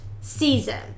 season